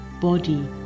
body